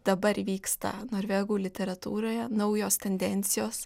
dabar vyksta norvegų literatūroje naujos tendencijos